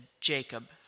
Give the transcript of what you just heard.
Jacob